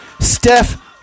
Steph